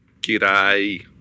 Kirai